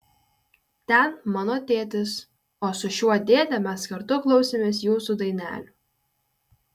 ten mano tėtis o su šiuo dėde mes kartu klausėmės jūsų dainelių